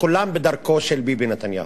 כולם בדרכו של ביבי נתניהו.